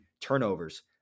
turnovers